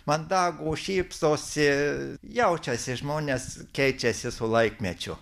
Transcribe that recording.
mandagūs šypsosi jaučiasi žmonės keičiasi su laikmečiu